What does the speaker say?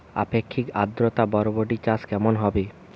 আপেক্ষিক আদ্রতা বরবটি চাষ কেমন হবে?